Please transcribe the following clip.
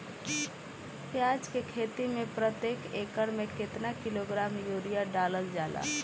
प्याज के खेती में प्रतेक एकड़ में केतना किलोग्राम यूरिया डालल जाला?